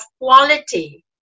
quality